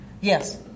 yes